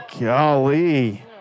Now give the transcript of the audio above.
Golly